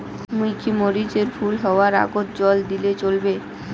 মুই কি মরিচ এর ফুল হাওয়ার আগত জল দিলে চলবে?